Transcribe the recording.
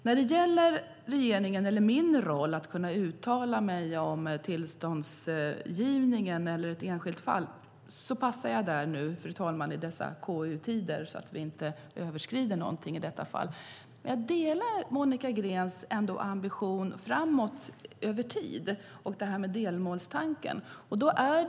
När det gäller min roll att uttala mig om tillståndsgivning eller ett enskilt fall avstår jag i dessa ku-tider så att jag inte överskrider några gränser. Jag delar Monica Greens ambition och tanken på delmål.